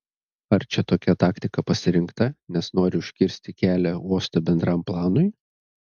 ar čia tokia taktika pasirinkta nes nori užkirsti kelią uosto bendram planui